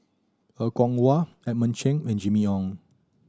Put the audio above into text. Er Kwong Wah Edmund Cheng and Jimmy Ong